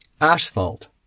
asphalt